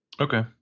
Okay